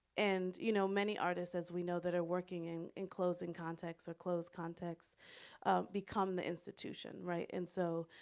and you know, many artists as we know that are working in in closing context or close context become the institution, right? and so,